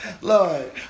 Lord